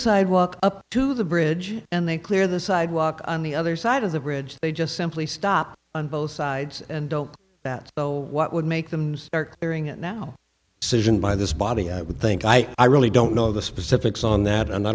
sidewalk up to the bridge and they clear the sidewalk on the other side of the bridge they just simply stop on both sides and don't do that so what would make them start hearing it now by this body i would think i i really don't know the specifics on that and i